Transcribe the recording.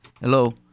Hello